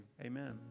Amen